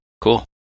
cool